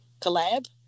collab